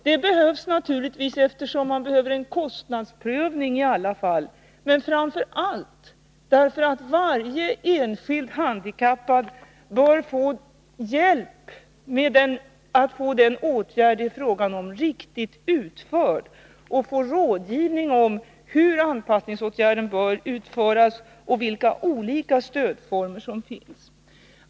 Det behövs naturligtvis eftersom man i varje fall behöver en kostnadsprövning men framför allt därför att varje enskild handikappad bör få hjälp med att få den åtgärd det är fråga om riktigt utförd och få rådgivning om hur anpassningsåtgärden bör utföras och vilka olika stödformer som finns.